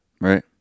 Right